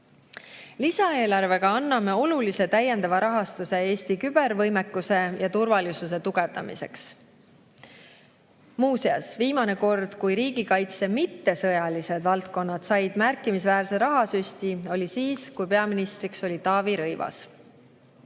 Lisaeelarvega teeme olulise täiendava raha[süsti] Eesti kübervõimekuse ja turvalisuse tugevdamiseks. Muuseas, viimane kord, kui riigikaitse mittesõjalised valdkonnad said märkimisväärse rahasüsti, oli siis, kui peaministriks oli Taavi Rõivas. Head